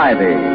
Ivy